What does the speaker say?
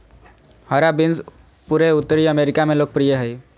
हरा बीन्स पूरे उत्तरी अमेरिका में लोकप्रिय हइ